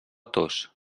tos